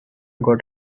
got